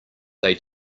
they